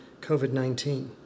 COVID-19